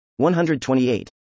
128